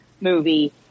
movie